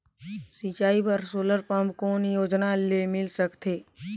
सिंचाई बर solar pump कौन योजना ले मिल सकथे?